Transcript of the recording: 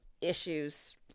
issues